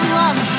love